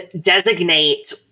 designate